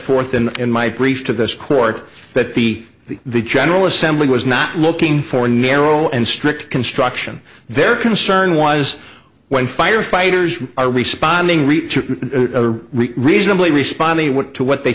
forth in in my brief to this court that the the the general assembly was not looking for narrow and strict construction their concern was when firefighters are responding to a reasonably respond to what they